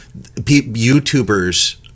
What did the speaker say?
YouTubers